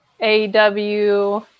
AW